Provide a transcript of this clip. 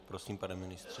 Prosím, pane ministře.